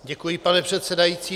Děkuji, pane předsedající.